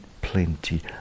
plenty